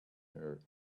her